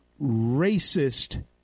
racist